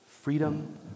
freedom